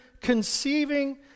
conceiving